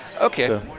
Okay